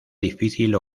difícil